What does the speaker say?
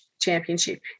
championship